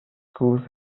schools